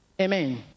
Amen